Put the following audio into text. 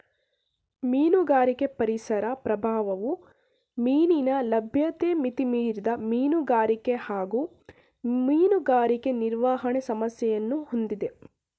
ಮೀನುಗಾರಿಕೆ ಪರಿಸರ ಪ್ರಭಾವವು ಮೀನಿನ ಲಭ್ಯತೆ ಮಿತಿಮೀರಿದ ಮೀನುಗಾರಿಕೆ ಹಾಗೂ ಮೀನುಗಾರಿಕೆ ನಿರ್ವಹಣೆ ಸಮಸ್ಯೆಯನ್ನು ಹೊಂದಿದೆ